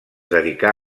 dedicà